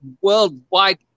worldwide